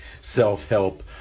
self-help